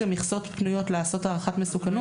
מכסות פנויות לעשות הערכת מסוכנות,